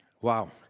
Wow